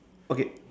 okay